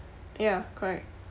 ya correct